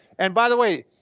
and by the way,